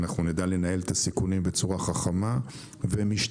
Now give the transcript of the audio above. אנחנו נדע לנהל את הסיכונים בצורה חכמה ומשתפרת.